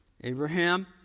Abraham